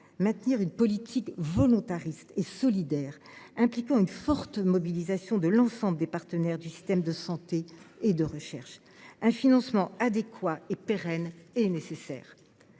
maintenir une politique volontariste et solidaire, impliquant une forte mobilisation de l’ensemble des partenaires du système de santé et de recherche. Un financement adéquat et pérenne est nécessaire.